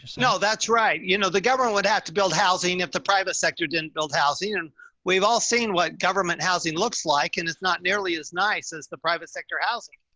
yeah no, that's right. you know, the government would have to build housing. if the private sector didn't build housing and we've all seen what government housing looks like, and it's not nearly as nice as the private sector housing.